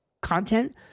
content